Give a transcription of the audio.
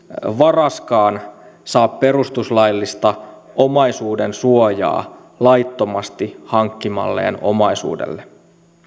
varaskaan saa perustuslaillista omaisuudensuojaa laittomasti hankkimalleen omaisuudelle